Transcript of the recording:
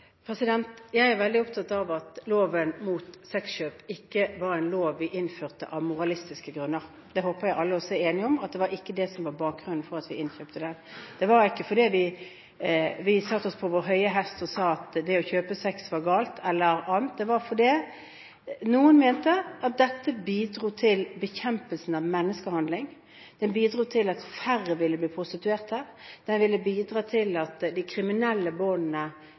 Jeg er veldig opptatt av at loven mot sexkjøp ikke var en lov vi innførte av moralistiske grunner. Det håper jeg alle er enige om, at det ikke var det som var bakgrunnen for at vi innførte den. Det var ikke fordi vi satt oss på vår høye hest og sa at det å kjøpe sex var galt eller noe annet. Det var fordi noen mente at loven bidro til bekjempelsen av menneskehandel, den bidro til at færre ville bli prostituerte, og den ville bidra til at de kriminelle båndene